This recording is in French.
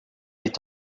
est